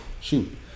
Shoot